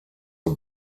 the